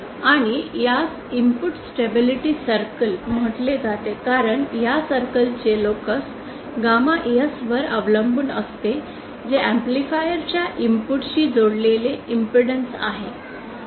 आणि यास input stability circle म्हटले जाते कारण या सर्कल चे लोकस गॅमा S वर अवलंबून असते जे एम्पलीफायर च्या इनपुट शी जोडलेले इम्पेडन्स आहे